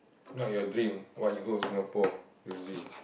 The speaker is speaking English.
not your dream what you hope Singapore will be